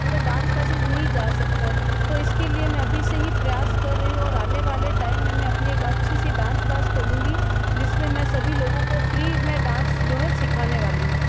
मतलब dance classes नहीं जा सकते है तो इसके लिए मैं अभी से ही प्रयास कर रही हूँ और आने वाले टाइम में मैं अपनी एक अच्छी सी डांस क्लास खोलूँगी जिसमें मैं सभी लोगों को फ्री में डांस जो है सीखाने वाली हूँ